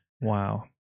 Wow